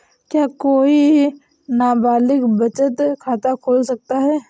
क्या कोई नाबालिग बचत खाता खोल सकता है?